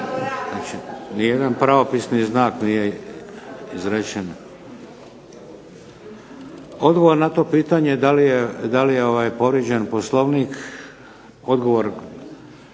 Nijedan pravopisni znak nije izrečen. Odgovor na to pitanje da li je povrijeđen Poslovnik, odgovor